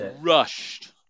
rushed